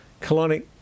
colonic